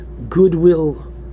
goodwill